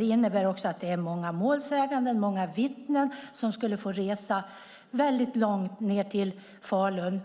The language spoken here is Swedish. Det innebär också att det är många målsäganden och många vittnen som skulle få resa väldigt långt, ned till Falun,